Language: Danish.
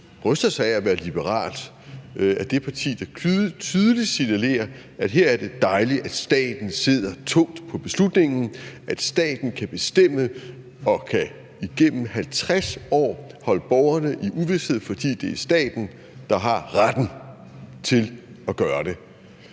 bryster sig af at være liberalt, er det parti, der tydeligst signalerer, at her er det dejligt, at staten sidder tungt på beslutningen, at staten kan bestemme og igennem 50 år kan holde borgerne i uvished, fordi det er staten, der har retten til at gøre det.